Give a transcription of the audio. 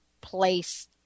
place